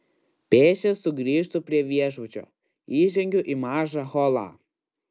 pėsčias sugrįžtu prie viešbučio įžengiu į mažą holą